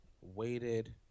weighted